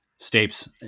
Stapes